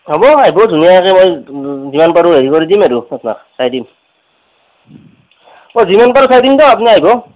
হ'ব আইব যোগাৰ আছে যিমান পাৰোঁ হেৰি কৰি দিম আৰু অ চাই দিম অ যিমান পাৰোঁ চাই দিম দক আপ্নি আইব